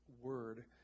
word